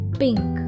pink